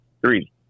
three